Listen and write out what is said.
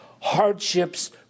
hardships